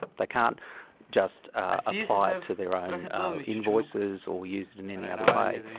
they can't just apply it to their own invoices or use it in any other way.